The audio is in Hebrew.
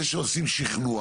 זה שעושים שכנוע